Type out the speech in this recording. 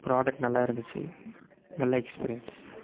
product நல்லா இருந்துச்சு நல்ல எக்ஸ்பீரியன்ஸ்